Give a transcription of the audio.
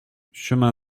chemin